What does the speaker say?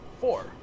Four